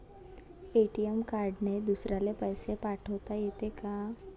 ATM कार्डने दुसऱ्याले पैसे पाठोता येते का?